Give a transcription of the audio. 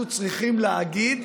אנחנו צריכים להגיד: